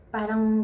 parang